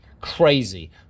crazy